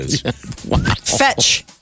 Fetch